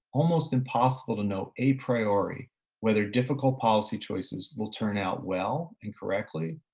almost impossible to know a priority whether difficult policy choices will turn out well and correctly,